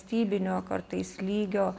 valstybinio kartais lygio